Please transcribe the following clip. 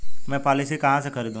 मैं पॉलिसी कहाँ से खरीदूं?